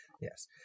Yes